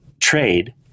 trade